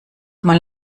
mal